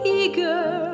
eager